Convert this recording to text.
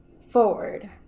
forward